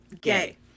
Gay